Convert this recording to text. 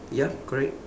ya correct